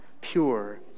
pure